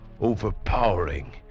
overpowering